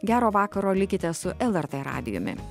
gero vakaro likite su lrt radijumi